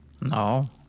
No